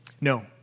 No